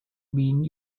mean